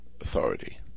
authority